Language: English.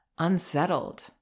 unsettled